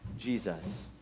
Jesus